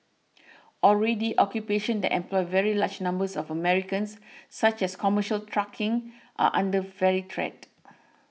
already occupations that employ very large numbers of Americans such as commercial trucking are under fairly threat